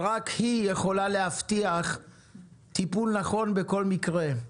רק היא יכולה להבטיח טיפול נכון בכל מקרה,